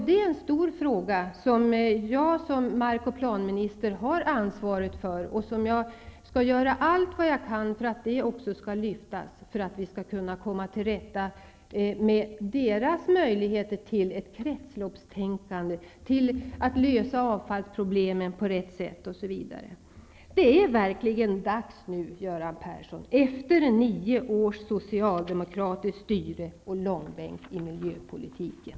Det är en stor fråga, som jag som mark och planminister har ansvaret för, och jag skall göra allt vad jag kan för att det skall lyckas och för att vi skall kunna komma till rätta med deras möjligheter till ett kretsloppstänkande, till att lösa avfallsproblemen på rätt sätt, osv. Det är verkligen dags nu, Göran Persson, efter nio års socialdemokratiskt styre och långbänk i miljöpolitiken.